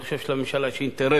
אני חושב שלממשלה יש אינטרס